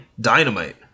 Dynamite